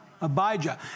Abijah